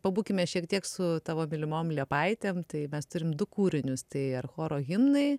pabūkime šiek tiek su tavo mylimom liepaitėm tai mes turim du kūrinius tai ar choro himnai